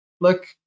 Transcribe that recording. look